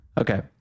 Okay